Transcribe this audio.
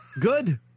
Good